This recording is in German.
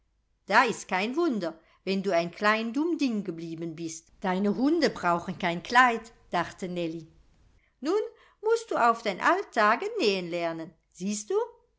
da ist kein wunder wenn du ein klein dumm ding geblieben bist deine hunde brauchen kein kleid lachte nellie nun mußt du auf dein alt tage nähen lernen siehst du